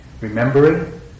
remembering